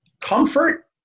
comfort